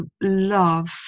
love